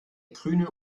grüne